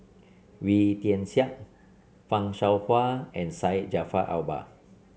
Wee Tian Siak Fan Shao Hua and Syed Jaafar Albar